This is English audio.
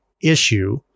issue